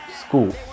School